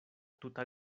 tuta